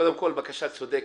קודם כל בקשה צודקת.